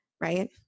right